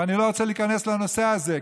ואני לא רוצה להיכנס לנושא הזה,